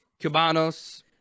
Cubanos